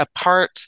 Apart